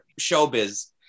showbiz